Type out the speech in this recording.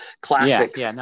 classics